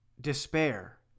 despair